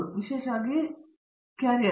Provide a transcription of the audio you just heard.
ವಿಶೇಷವಾಗಿ ಕ್ಯಾರಿಯರ್